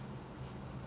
no